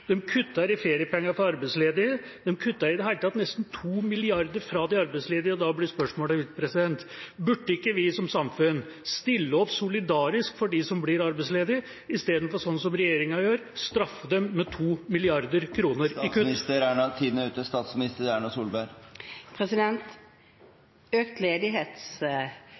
kutter i feriepenger for arbeidsledige – de kutter i det hele tatt nesten 2 mrd. kr hos de arbeidsledige. Da blir spørsmålet mitt: Burde ikke vi som samfunn stille solidarisk opp for dem som blir arbeidsledige, istedenfor – som regjeringa gjør – å straffe dem med